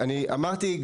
אני אמרתי,